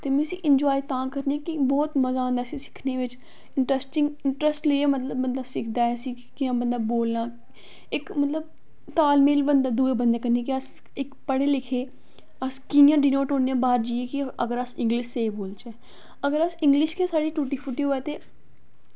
ते में इस्सी एंजाय तां करनी कि इस्सी बौह्त मजा आंदा सिक्खनै बिच्च इंटरस्टिंग इंटरस्ट लेइयै बंदा मतलब इस्सी सिक्खदा किश कि'यां बंदे बोलना इक मतलब तालमेल इक दुए बंदे कन्नै कि अस इक पढ़े लिखे दे अस कि'यां सेही होन्ने कि अगर अस इंग्लिश बोलचै अगर इंग्लिश गै साढ़ी टुटी फुटी दी होऐ ते